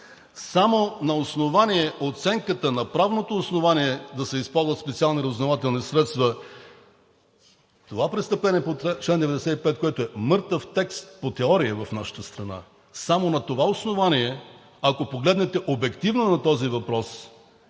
Само на основание оценката, на правното основание да се използват специални разузнавателни средства, това престъпление по чл. 95, което е по мъртъв текст по теория в нашата страна, само на това основание, ако погледнете обективно на този въпрос,